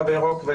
אני